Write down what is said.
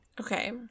okay